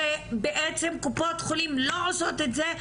נאמר לי שבעצם קופות החולים לא עושות את זה,